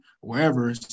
wherever